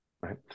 right